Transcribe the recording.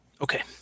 okay